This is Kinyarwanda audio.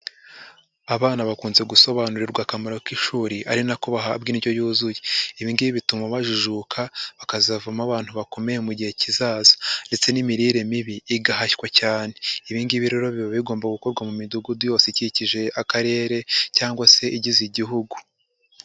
Abana bakunze gusobanurirwa akamaro k'ishuri ari nako bahabwa indyo yuzuye, ibi ngibi bituma bajijuka bakazavamo abantu bakomeye mu gihe kizaza ndetse n'imirire mibi igahashywa cyane, ibi ngibi rero biba bigomba gukorwa mu midugudu yose ikikije akarere cyangwa se igize igihugu.